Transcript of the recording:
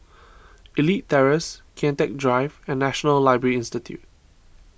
Elite Terrace Kian Teck Drive and National Library Institute